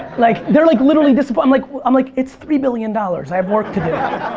like, they're like, literally disapp i'm like i'm like, it's three billion dollars, i have work to do.